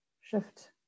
shift